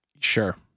Sure